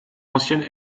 ancienne